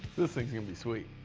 this thing's gonna be sweet.